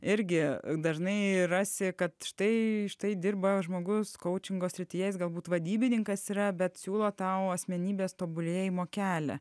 irgi dažnai rasi kad štai štai dirba žmogus kaučingo srityje jis galbūt vadybininkas yra bet siūlo tau asmenybės tobulėjimo kelią